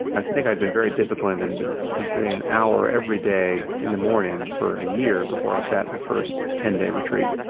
i think i'd been very disciplined and been been sitting an hour every day in the morning for a year before i sat my first ten day retreat.